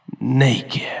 naked